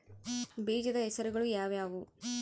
ಬೇಜದ ಹೆಸರುಗಳು ಯಾವ್ಯಾವು?